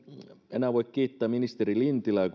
enää voi kiittää ministeri lintilää